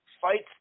fights